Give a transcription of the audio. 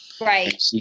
Right